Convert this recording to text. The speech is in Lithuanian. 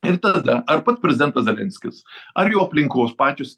ir tada ar pats prezidentas zelenskis ar jo aplinkos pačios